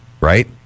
right